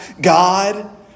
God